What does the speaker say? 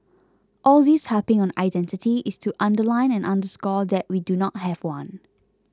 all this harping on identity is to underline and underscore that we do not have one